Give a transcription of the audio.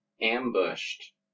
ambushed